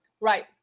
Right